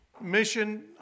mission